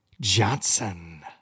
Johnson